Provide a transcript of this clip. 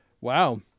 Wow